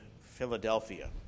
Philadelphia